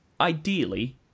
ideally